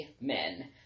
men